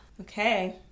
Okay